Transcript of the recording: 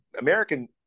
American